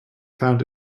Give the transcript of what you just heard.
found